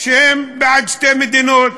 שהם בעד שתי מדינות,